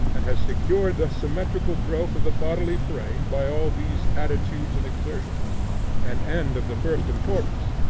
and has secured the symmetrical growth of the bodily frame by all these attitudes and exertions an end of the first importance,